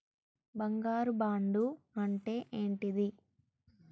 బంగారు బాండు అంటే ఏంటిది?